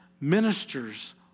ministers